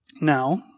Now